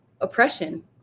oppression